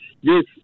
yes